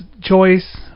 choice